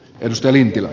jos esitystä